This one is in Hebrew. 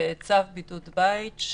בצו בידוד בית,